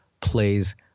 plays